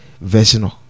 version